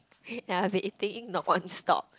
yea I been eating non stop